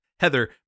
Heather